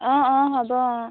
অঁ অঁ হ'ব অঁ